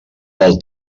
del